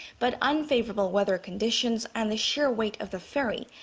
but unfavorable weather conditions and the sheer weight of the ferry.